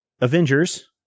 avengers